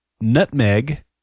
nutmeg